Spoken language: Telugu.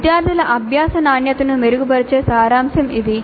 విద్యార్థుల అభ్యాస నాణ్యతను మెరుగుపరిచే సారాంశం ఇది